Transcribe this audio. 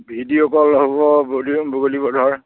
video call হ'ব বগলীবধৰ